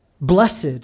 Blessed